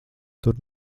tur